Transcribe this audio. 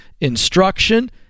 instruction